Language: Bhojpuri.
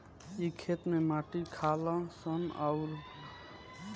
इ खेत में माटी खालऽ सन अउरऊ बनावे लऽ सन